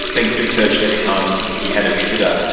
being strip-searched every time he had a visitor.